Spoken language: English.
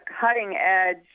cutting-edge